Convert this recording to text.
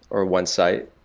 or one site,